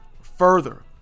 further